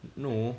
no